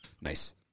Nice